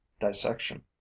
dissection